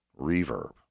reverb